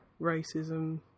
Racism